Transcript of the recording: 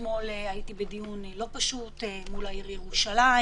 אתמול הייתי בדיון לא פשוט מול העיר ירושלים.